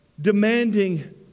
demanding